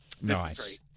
Nice